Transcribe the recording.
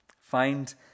find